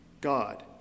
God